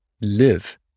live